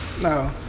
No